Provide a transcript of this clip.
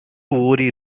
ஒரீஇ